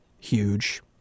huge